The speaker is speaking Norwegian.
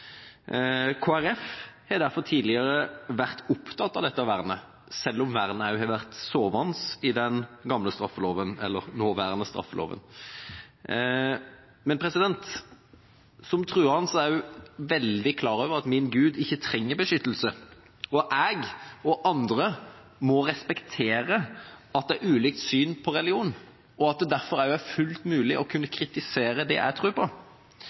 har derfor tidligere vært opptatt av dette vernet, selv om vernet har vært sovende i den nåværende straffeloven. Men som troende er jeg også veldig klar over at min gud ikke trenger beskyttelse. Jeg og andre må respektere at det er ulikt syn på religion, og at det derfor er fullt mulig å kunne kritisere det jeg tror på.